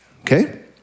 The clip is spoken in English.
okay